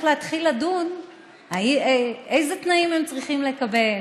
להתחיל לדון איזה תנאים צריכים לקבל